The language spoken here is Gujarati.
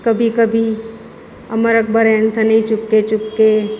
કભી કભી અમર અકબર એન્થની ચુપકે ચુપકે